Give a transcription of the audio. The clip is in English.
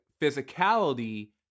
physicality